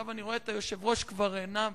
אני רואה את היושב-ראש כבר נע בכיסאו.